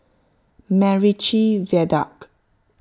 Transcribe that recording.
MacRitchie Viaduct